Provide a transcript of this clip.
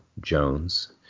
Jones